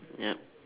yup